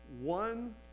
one